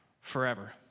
forever